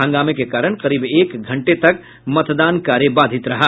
हंगामे के कारण करीब एक घंटे तक मतदान कार्य बाधित रहा